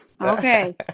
Okay